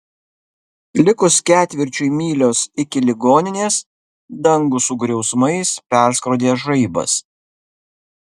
likus ketvirčiui mylios iki ligoninės dangų su griausmais perskrodė žaibas